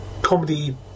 Comedy